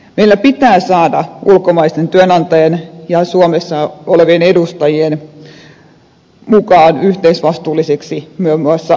meillä pitää saada ulkomaiset työnantajat ja suomessa olevat edustajat mukaan yhteisvastuullisiksi muun muassa lähdeveroista